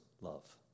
love